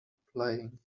playing